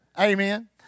Amen